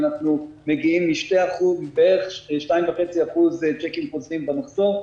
אנחנו מגיעים בערך 2.5% בצ'קים חוזרים במחזור,